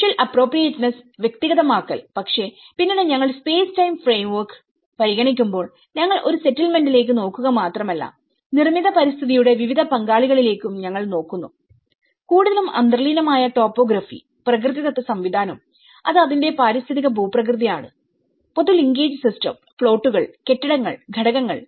visual appropriateness വ്യക്തിഗതമാക്കൽ പക്ഷെ പിന്നീട് ഞങ്ങൾ സ്പേസ് ടൈം ഫ്രെയിംവർക്ക് പരിഗണിക്കുമ്പോൾഞങ്ങൾ ഒരു സെറ്റിൽമെന്റിലേക്ക് നോക്കുക മാത്രമല്ല നിർമ്മിത പരിസ്ഥിതിയുടെ വിവിധ പാളികളിലേക്കും ഞങ്ങൾ നോക്കുന്നുകൂടുതലും അന്തർലീനമായ ടോപ്പോഗ്രഫിപ്രകൃതിദത്ത സംവിധാനം അത് അതിന്റെ പാരിസ്ഥിതിക ഭൂപ്രകൃതി ആണ് പൊതു ലിങ്കേജ് സിസ്റ്റം പ്ലോട്ടുകൾ കെട്ടിടങ്ങൾ ഘടകങ്ങൾ